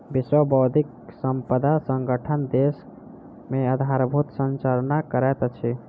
विश्व बौद्धिक संपदा संगठन देश मे आधारभूत संरचना करैत अछि